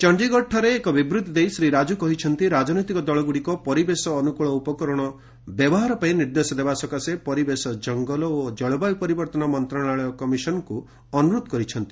ଚଣ୍ଡୀଗଡ଼ଠାରେ ଏକ ବିବୃତ୍ତି ଦେଇ ଶ୍ରୀ ରାଜୁ କହିଛନ୍ତି ରାଜନୈତିକ ଦଳଗୁଡ଼ିକ ପରିବେଶ ଅନୁକୂଳ ଉପକରଣ ବ୍ୟବହାର ପାଇଁ ନିର୍ଦ୍ଦେଶ ଦେବା ସକାଶେ ପରିବେଶ ଜଙ୍ଗଲ ଓ ଜଳବାୟୁ ପରିବର୍ତ୍ତନ ମନ୍ତ୍ରଶାଳୟ କମିଶନକୁ ଅନୁରୋଧ କରିଛନ୍ତି